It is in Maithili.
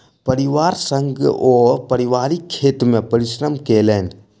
परिवार संग ओ पारिवारिक खेत मे परिश्रम केलैन